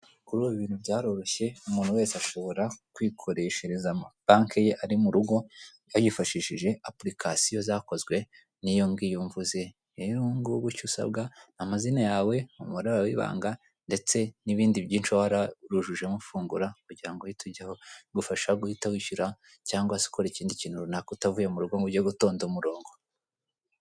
Kuri ubu ibintu byaroroshye umuntu wese ashobora kwikoreshereza amabanki ye ari mu rugo yifashishije apulikasiyo zakozwe n'iyo ngiyo mvuze, rero ubungubu icyo usabwa amazina yawe umubare wawe w'ibanga ndetse n'ibindi byinshi uba warujujemo ufungura kugira ngo uhite ujyaho bigufasha guhita wishyura cyangwa se ukora ikindi kintu runaka utavuye mu rugo ngo ujye gutonda umurongo.